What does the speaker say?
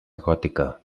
gòtica